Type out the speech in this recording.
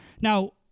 Now